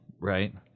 right